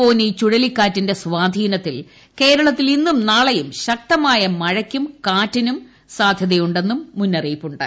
ഫോനി ചുഴലിക്കാറ്റിന്റെ സ്വാധീനത്തിൽ കേരളത്തിൽ ഇന്നും നാളെയും ശക്തമായ മഴയ്ക്കും കാറ്റിനും സാധ്യതയുണ്ടെന്നും മൂന്നറിയിപ്പുണ്ട്